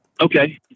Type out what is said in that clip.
okay